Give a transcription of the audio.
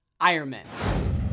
Ironman